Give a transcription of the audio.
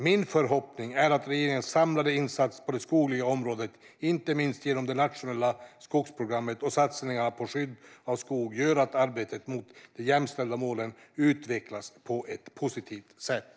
Min förhoppning är att regeringens samlade insatser på det skogliga området, inte minst genom det nationella skogsprogrammet och satsningarna på skydd av skog, gör att arbetet mot de jämställda målen utvecklas på ett positivt sätt.